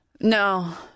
No